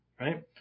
Right